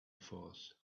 force